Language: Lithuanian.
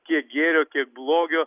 kiek gėrio kiek blogio